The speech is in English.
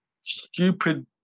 stupid